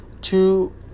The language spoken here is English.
Two